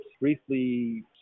briefly